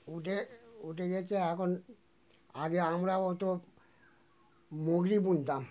উঠে উঠে গিয়েছে এখন আগে আমরা হয়তো মুগুরি বুনতাম